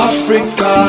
Africa